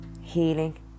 healing